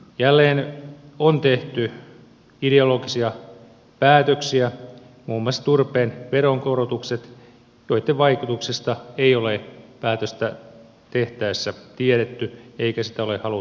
jälleen on tehty ideologisia päätöksiä muun muassa turpeen veronkorotukset joitten vaikutuksista ei ole päätöstä tehtäessä tiedetty ja joita ei ole haluttu selvittää